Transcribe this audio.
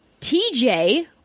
TJ